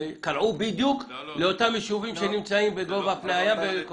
שקראו בדיוק לאותם ישובים שנמצאים בגובה פני הים.